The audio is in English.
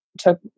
took